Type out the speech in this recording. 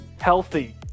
healthy